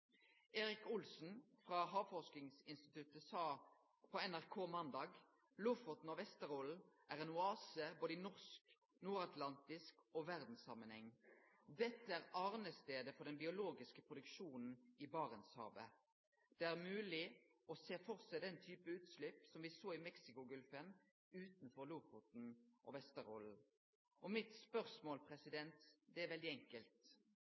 Erik Olsen frå Havforskingsinstituttet sa på NRK måndag: Lofoten og Vesterålen er ein oase både i norsk samanheng, i nordatlantisk samanheng og i verdssamanheng. Dette er årestaden for den biologiske produksjonen i Barentshavet. Det er mogleg å sjå for seg den type utslepp som me såg i Mexicogolfen, utanfor Lofoten og Vesterålen. Mine spørsmål er – det er veldig enkelt: